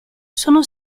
sono